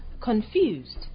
Confused